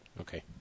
okay